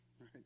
right